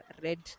read